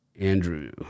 Andrew